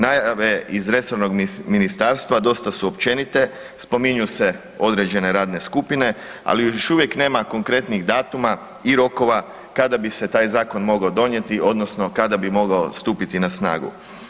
Najave iz resornog ministarstva dosta su općenite, spominju se određene radne skupine ali još uvijek nema konkretnih datuma i rokova kada bi se taj zakon mogao donijeti odnosno kada bi mogao stupiti na snagu.